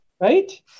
Right